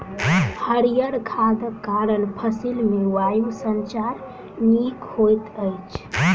हरीयर खादक कारण फसिल मे वायु संचार नीक होइत अछि